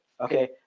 Okay